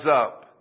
up